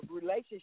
relationship